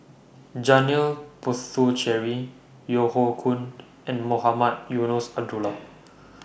Janil Puthucheary Yeo Hoe Koon and Mohamed Eunos Abdullah